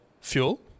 fuel